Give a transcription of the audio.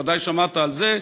ודאי שמעת על זה.